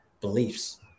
beliefs